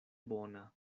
bona